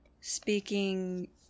speaking